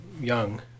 young